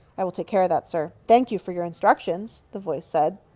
i will take care of that, sir. thank you for your in structions, the voice said.